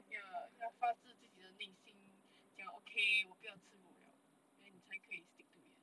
ya 要发出自己的内心讲 okay 我不要吃肉 liao then 你才 stick to it